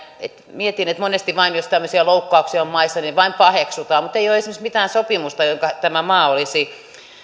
mietin että monesti jos tämmöisiä loukkauksia on maissa vain paheksutaan mutta ei ole esimerkiksi mitään sopimusta jonka tämä maa olisi